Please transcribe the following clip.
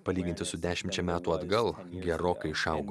palyginti su dešimčia metų atgal gerokai išaugo